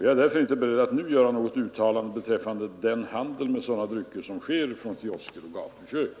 Jag är därför inte beredd att nu göra något uttalande beträffande den handel med sådana drycker som sker från kiosker och gatukök.